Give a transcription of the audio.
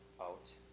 out